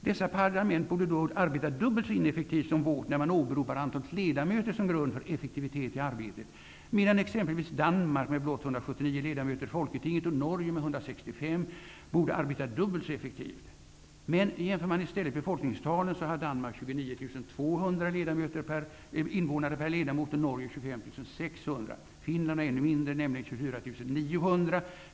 Dessa parlament borde då arbeta dubbelt så ineffektivt som vårt, när man åberopar antalet ledamöter som grund för effektivitet i arbetet, medan exempelvis Danmark med blott l79 ledamöter i Folketinget och Norge med l65 borde arbeta dubbelt så effektivt. Men om man i stället jämför befolkningstalen, så har Danmark 29 200 invånare per ledamot och Norge 25 600. Finland har ännu färre, nämligen 24 900.